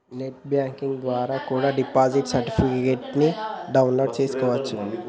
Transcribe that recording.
net banking ద్వారా కూడా deposit certificates ని డౌన్ లోడ్ చేస్కోవచ్చు